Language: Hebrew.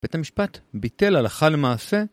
בית המשפט, ביטל הלכה למעשה